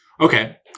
Okay